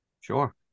Sure